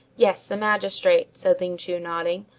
yes, a magistrate, said ling chu, nodding,